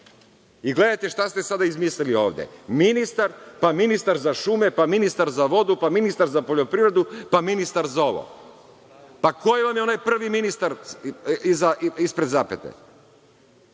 ministri. Gledajte šta ste sada izmislili ovde – ministar, pa ministar za šume, pa ministar za vodu, pa ministar za poljoprivredu, pa ministar za ovo. Pa ko vam je onaj prvi ministar ispred zapete? Molim